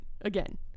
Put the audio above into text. Again